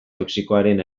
toxikoaren